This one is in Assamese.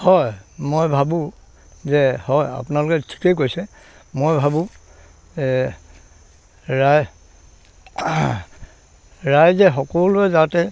হয় মই ভাবোঁ যে হয় আপোনালোকে ঠিকেই কৈছে মই ভাবোঁ ৰা ৰাইজে সকলোৱে যাতে